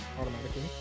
automatically